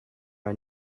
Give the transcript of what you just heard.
our